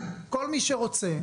כל מי שרוצה,